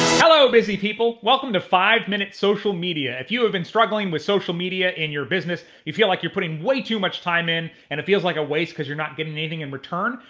hello, busy people! welcome to five minute social media! if you have been struggling with social media in your business, you feel like you're putting way too much time in and it feels like a waste cause you're not getting anything in return,